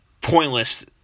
pointless –